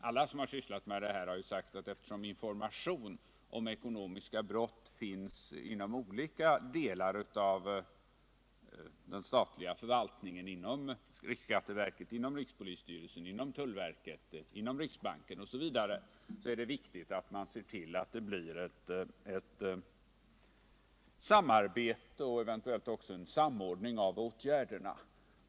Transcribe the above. Alla som sysslat med det här har sagt att eftersom informationen om ekonomiska brott finns inom delar av den statliga förvaltningen — inom riksskatteverket, rikspolisstyrelsen, tullverket, riksbanken osv. — är det viktigt att man ser till att det blir ett samarbete och eventuellt också en samordning av åtgärderna.